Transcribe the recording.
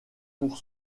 pour